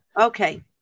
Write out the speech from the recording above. Okay